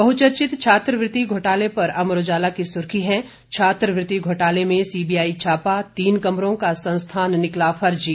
बहुचर्चित छात्रवृति घोटाले पर अमर उजाला की सुर्खी है छात्रवृति घोटाले में सीबीआई छापा तीन कमरों का संस्थान निकला फर्जी